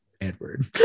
Edward